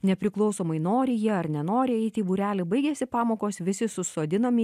nepriklausomai nori jie ar nenori eiti į būrelį baigiasi pamokos visi susodinami